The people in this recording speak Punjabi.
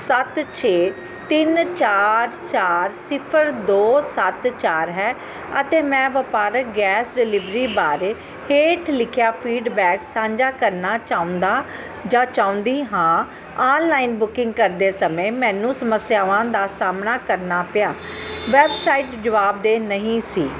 ਸੱਤ ਛੇ ਤਿੰਨ ਚਾਰ ਚਾਰ ਸਿਫਰ ਦੋ ਸੱਤ ਚਾਰ ਹੈ ਅਤੇ ਮੈਂ ਵਪਾਰਕ ਗੈਸ ਡਿਲੀਵਰੀ ਬਾਰੇ ਹੇਠ ਲਿਖਿਆ ਫੀਡਬੈਕ ਸਾਂਝਾ ਕਰਨਾ ਚਾਹੁੰਦਾ ਜਾਂ ਚਾਹੁੰਦੀ ਹਾਂ ਆਨਲਾਈਨ ਬੁਕਿੰਗ ਕਰਦੇ ਸਮੇਂ ਮੈਨੂੰ ਸਮੱਸਿਆਵਾਂ ਦਾ ਸਾਹਮਣਾ ਕਰਨਾ ਪਿਆ ਵੈਬਸਾਈਡ ਜਵਾਬਦੇਹ ਨਹੀਂ ਸੀ